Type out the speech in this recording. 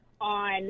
on